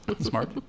Smart